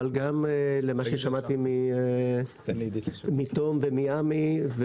אבל גם ממה ששמעתי מתום ומעמי,